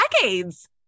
decades